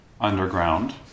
underground